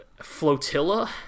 flotilla